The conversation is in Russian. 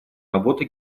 работы